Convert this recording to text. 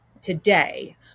today